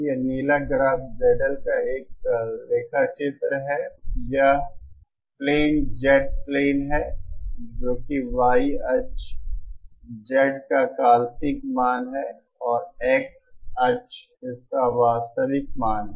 यह नीला graph ZL का एक लेखाचित्र है यह प्लेन Z प्लेन है जो कि Y अक्ष Z का काल्पनिक मान है और X अक्ष इसका वास्तविक मान है